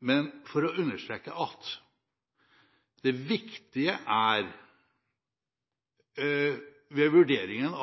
det var for å understreke at det viktige ved vurderingen